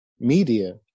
media